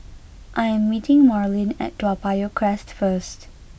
I am meeting Marlin at Toa Payoh Crest first